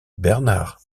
bernard